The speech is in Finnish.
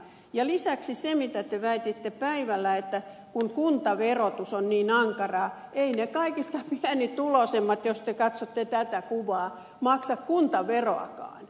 ja kun te lisäksi väititte päivällä että kuntaverotus on niin ankaraa eivät ne kaikista pienituloisimmat jos te katsotte tätä kuvaa maksa kuntaveroakaan